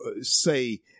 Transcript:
say